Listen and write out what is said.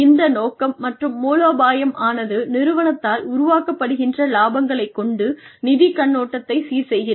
இந்த நோக்கம் மற்றும் மூலோபாயம் ஆனது நிறுவனத்தால் உருவாக்கப்படுகின்ற இலாபங்களை கொண்டு நிதி கண்ணோட்டத்தைச் சீர் செய்கிறது